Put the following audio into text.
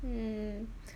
mm